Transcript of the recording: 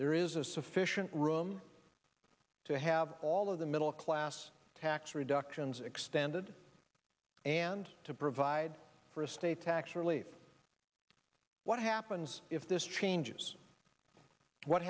there is a sufficient room to have all of the middle class tax reductions extended and to provide for estate tax relief what happens if this changes what